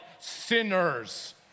sinners